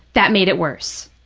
that made it worse.